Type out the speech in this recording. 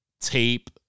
tape